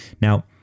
Now